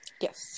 Yes